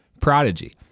prodigy